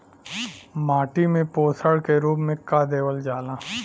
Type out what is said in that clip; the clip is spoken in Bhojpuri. माटी में पोषण के रूप में का देवल जाला?